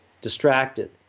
distracted